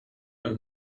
and